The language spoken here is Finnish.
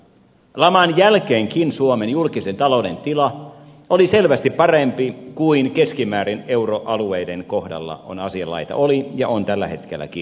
laman jälkeenkin suomen julkisen talouden tila oli selvästi parempi kuin keskimäärin euroalueiden kohdalla asianlaita oli ja on tällä hetkelläkin